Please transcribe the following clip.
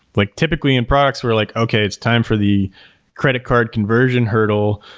like typically in products, we're like, okay, it's time for the credit card conversion hurdle.